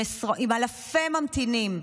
עם אלפי ממתינים.